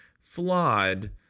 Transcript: flawed